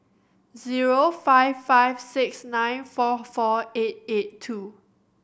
zero five five six nine four four eight eight two